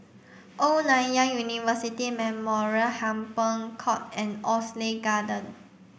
Old Nanyang University Memorial Hampton Court and Oxley Garden